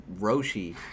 roshi